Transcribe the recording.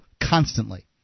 constantly